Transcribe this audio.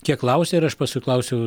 kiek klausė ir aš paskui klausiau